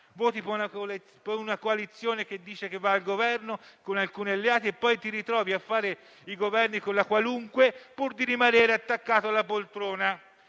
vota per una coalizione che dice che andrà al Governo con alcuni alleati e poi si ritrova a fare i Governi con la qualunque, pur di rimanere attaccata alla poltrona,